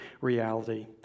reality